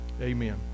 Amen